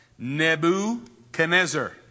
Nebuchadnezzar